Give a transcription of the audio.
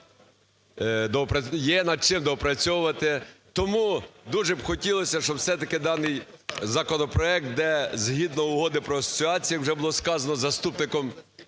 є над чим доопрацьовувати. Тому дуже хотілось би, щоб все-таки даний законопроект, де згідно Угоди про асоціацію, вже було сказано заступником